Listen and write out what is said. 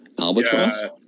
Albatross